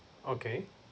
okay